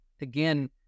again